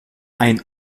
ein